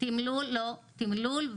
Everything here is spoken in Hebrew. כי הרי זה לא יהיה בניין שישרת רשות ממשלתית,